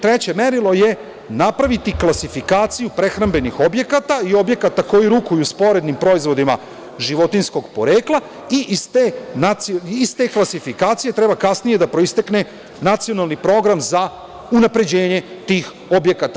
Treće merilo je napraviti klasifikaciju prehrambenih objekata ili objekata koji rukuju sporednim proizvodima životinjskog porekla i iz te klasifikacije treba kasnije da proistekne nacionalni program za unapređenje tih objekata.